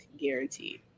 guaranteed